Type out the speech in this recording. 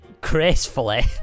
gracefully